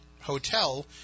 hotel